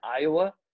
Iowa